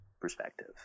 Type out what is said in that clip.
perspective